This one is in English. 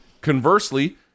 Conversely